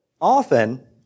Often